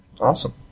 awesome